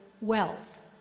wealth